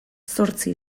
zortzi